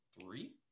three